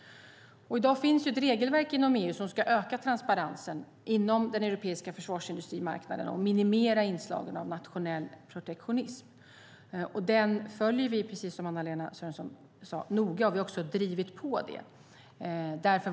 I dag finns ett regelverk inom EU som ska öka transparensen inom den europeiska försvarsindustrimarknaden och minimera inslagen av nationell protektionism. Detta följer vi noga, precis som Anna-Lena Sörenson sade, och vi har också drivit på.